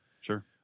Sure